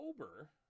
October